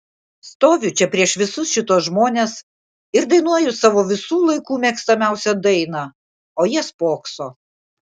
stoviu čia prieš visus šituos žmones ir dainuoju savo visų laikų mėgstamiausią dainą o jie spokso